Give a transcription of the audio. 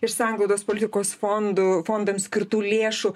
iš sanglaudos politikos fondų fondam skirtų lėšų